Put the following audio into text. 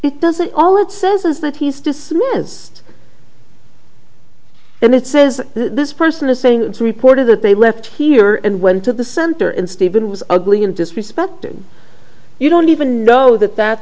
it doesn't all it says is that he's dismissed and it says this person is saying it's reported that they left here and went to the center and stephen was ugly and disrespected you don't even know that that